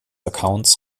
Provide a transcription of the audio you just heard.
accounts